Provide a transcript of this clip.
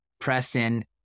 Preston